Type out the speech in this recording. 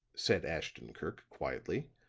said ashton-kirk quietly.